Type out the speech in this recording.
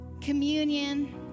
communion